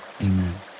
Amen